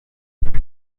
śladu